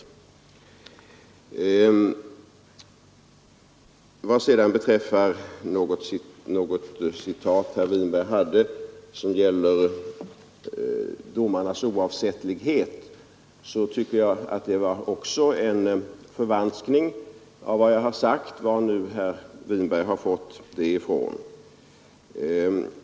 Det citat som herr Winberg anförde om domarnas oavsättlighet tycker jag också var en förvanskning av vad jag har sagt. Jag undrar varifrån herr Winberg har fått det citatet.